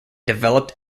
developed